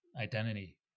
identity